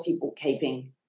bookkeeping